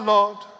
Lord